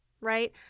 right